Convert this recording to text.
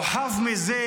הוא חף מזה,